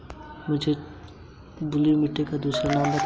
क्या मुझे चार हजार मासिक ऋण मिल सकता है?